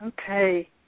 Okay